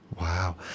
wow